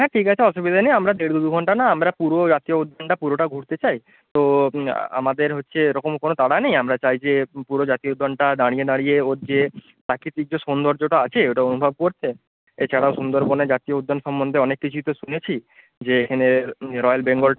হ্যাঁ ঠিক আছে অসুবিধা নেই আমরা দেড় দু দু ঘণ্টা না আমরা পুরো জাতীয় উদ্যানটা পুরোটা ঘুরতে চাই তো আমাদের হচ্ছে এরকম কোনো তাড়া নেই আমরা চাই যে পুরো জাতীয় উদ্যানটা দাঁড়িয়ে দাঁড়িয়ে ওর যে প্রাকৃতিক যে সৌন্দর্যটা আছে ওটা অনুভব করতে এছাড়াও সুন্দরবনে জাতীয় উদ্যান সম্বন্ধে অনেক কিছুই তো শুনেছি যে এখানে রয়্যাল বেঙ্গল